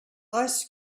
ice